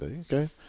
okay